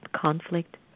conflict